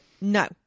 no